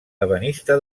ebenista